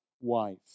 wife